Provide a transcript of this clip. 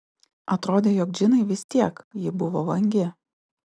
atrodė jog džinai vis tiek ji buvo vangi